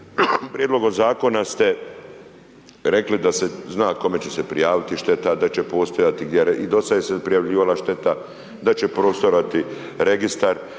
prijedlogom zakona ste rekli da se zna kome će se prijaviti šteta, da će postojati gdje se i do sada se prijavljivala šteta, da će postojati Registar,